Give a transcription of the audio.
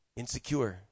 insecure